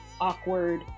awkward